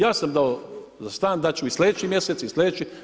Ja sam dao za stan, dati ću i slijedeći mjesec i slijedeći.